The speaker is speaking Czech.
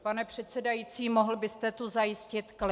Pane předsedající mohl byste tu zajistit klid?